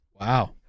Wow